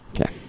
Okay